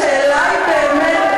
השאלה היא באמת,